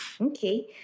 Okay